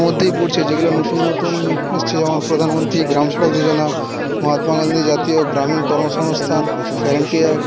মধ্যেই পড়ছে যেগুলো নতুন নতুন এসছে যেমন প্রধানমন্ত্রী গ্রাম সড়ক যোজনা মহাত্মা গান্ধী জাতীয় গ্রামীণ কর্মসংস্থান গ্যারান্টি অ্যাক্ট